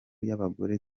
y’abagore